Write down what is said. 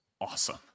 Awesome